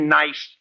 nice